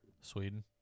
Sweden